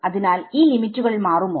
അതിനാൽ ഈ ലിമിറ്റുകൾ മാറുമോ